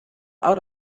out